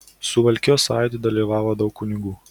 suvalkijos sąjūdy dalyvavo daug kunigų